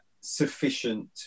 sufficient